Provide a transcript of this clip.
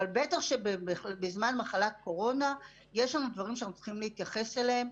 אבל בטח שבזמן מחלת הקורונה יש לנו דברים שאנחנו צריכים להתייחס אליהם.